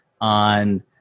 on